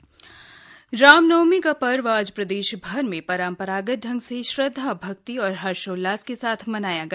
राम नवमी शुभकामनाऍ राम नवमी का पर्व आज प्रदेश भर में परम्परागत ढंग से श्रद्धा भक्ति और हर्षोल्लास के साथ मनाया गया